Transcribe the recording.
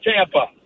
Tampa